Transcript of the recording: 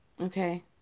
Okay